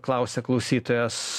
klausia klausytojas